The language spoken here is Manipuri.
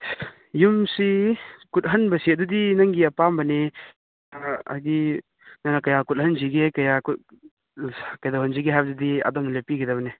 ꯌꯨꯝꯁꯤ ꯀꯨꯠꯍꯟꯕꯁꯤ ꯑꯗꯨꯗꯤ ꯅꯪꯒꯤ ꯑꯄꯥꯝꯕꯅꯤ ꯍꯥꯏꯗꯤ ꯅꯪꯅ ꯀꯌꯥ ꯀꯨꯠꯍꯟꯖꯤꯒꯦ ꯀꯌꯥ ꯀꯩꯗꯧꯍꯟꯁꯤꯒꯦ ꯍꯥꯏꯕꯗꯨꯗꯤ ꯑꯗꯣꯝꯅ ꯂꯦꯞꯄꯤꯒꯗꯕꯅꯤ